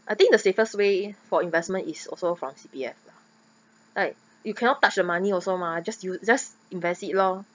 I think the safest way for investment is also from C_P_F lah like you cannot touch the money also mah just you just invest it lor